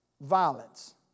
violence